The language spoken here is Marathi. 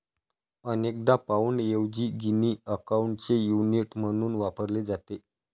अनेकदा पाउंडऐवजी गिनी अकाउंटचे युनिट म्हणून वापरले जाते